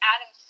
Adam